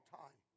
time